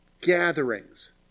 Gatherings